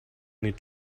need